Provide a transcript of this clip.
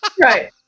right